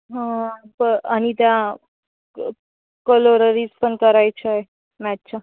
हो प आणि त्या कोलोररीज पण करायचा आहे मॅथच्या